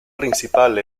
principal